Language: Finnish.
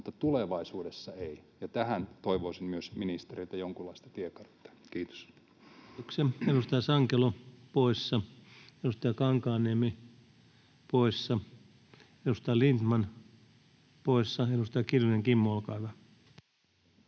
mutta tulevaisuudessa ei, ja tähän toivoisin myös ministereiltä jonkunlaista tiekarttaa. — Kiitos.